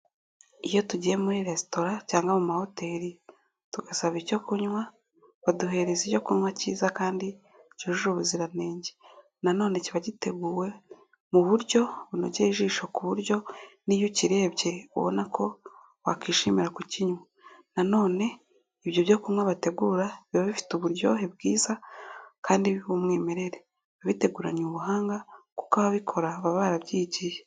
Iyo tugiye muri resitora cyangwa mu mahoteli tugasaba icyo kunywa, baduhereza ibyo kunywa cyiza kandi cyujuje ubuziranenge. Nanone kiba giteguwe mu buryo bunogeye ijisho, ku buryo n'iyo ukirebye ubona ko wakwishimira kukinywa. Nanone ibyo byo kunywa bategura, biba bifite uburyohe bwiza kandi bw'umwimerere. abiteguranye ubuhanga kuko ababikora baba barabyigiye.